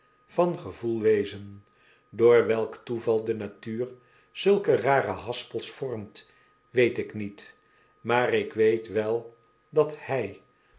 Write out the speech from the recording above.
van gevoel wezen door welk toeval de natuur zulke rare haspels vormt weet ik niet maar ik weet wel dat zij